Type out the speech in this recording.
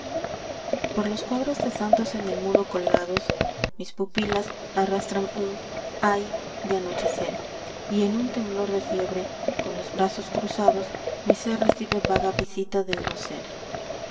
por los cuadros de santos en el muro colgados mis pupilas arrastran un ay de anochecer y en un temblor de fiebre con los brazos cr uzado mi ser recibe vaga visita del noser